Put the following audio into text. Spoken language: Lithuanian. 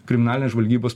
kriminalinės žvalgybos